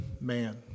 man